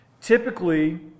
Typically